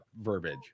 verbiage